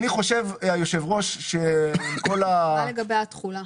מה לגבי התחולה?